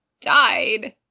died